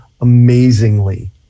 amazingly